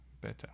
better